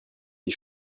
des